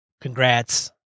Congrats